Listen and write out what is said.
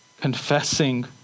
Confessing